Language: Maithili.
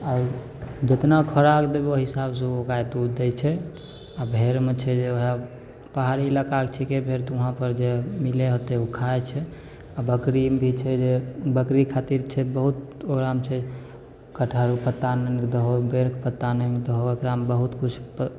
आओर जतना खोराक देबै ओहि हिसाबसँ ओ गाय दूध दै छै आ भेड़मे छै जे ओहए पहाड़ी इलाका कऽ छिकै भेड़ तऽ वहाँ पर जे मिलै होयतै ओ खाइत छै आ बकरी भी छै जे बकरी खातिर छै बहुत ओकरामे छै कटहल कऽ पत्ता आनि कऽ दहो बैर कऽ पत्ता दहो एकरामे बहुत किछु